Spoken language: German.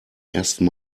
ersten